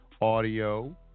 audio